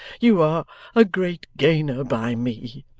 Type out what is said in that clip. you are a great gainer by me.